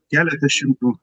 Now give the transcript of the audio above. keletą šimtų